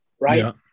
Right